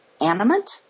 animate